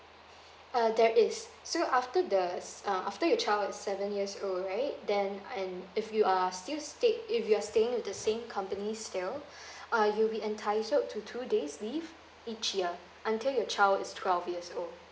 uh there is so after the um after your child is seven years old right then and if you are still stay if you're staying with the same company still uh you'll be entitled to two days leave each year until your child is twelve years old